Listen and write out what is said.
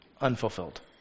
unfulfilled